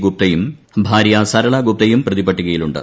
ഗുപ്തയും ഭാര്യ സരള ഗുപ്തയും പ്രതിപ്പട്ടികയിൽ ഉണ്ട്